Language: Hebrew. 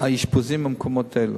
האשפוזים מהמקומות האלו?